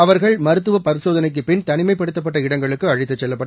அவர்கள் மருத்துவ சோதனைக்குப் பின் தனிமைப்படுத்தப்பட்ட இடங்களுக்கு அழைத்துச் செல்லப்பட்டனர்